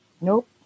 Nope